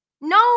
No